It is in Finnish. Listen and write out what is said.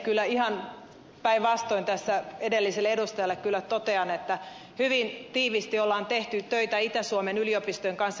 kyllä ihan päinvastoin tässä edelliselle edustajalle totean että hyvin tiiviisti on tehty töitä itä suomen yliopistojen kanssa